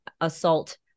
assault